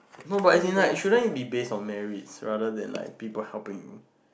no but as in like shouldn't it be based on merits rather than like people helping you